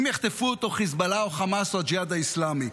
אם יחטפו אותו חיזבאללה או החמאס או הג'יהאד האסלאמי,